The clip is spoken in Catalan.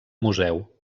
museu